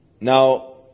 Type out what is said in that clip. Now